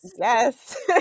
Yes